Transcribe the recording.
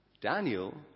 Daniel